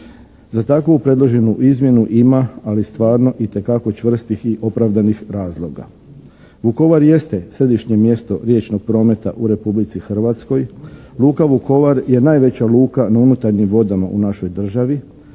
Za takvu predloženu izmjenu ima, ali stvarno itekako čvrstih i opravdanih razloga. Vukovar jeste središnje mjesto riječnog prometa u Republici Hrvatskoj, luka Vukovar je najveća luka na unutarnjim vodama u našoj državi,